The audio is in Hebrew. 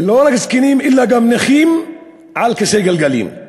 לא רק זקנים, אלא גם נכים על כיסא גלגלים.